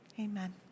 Amen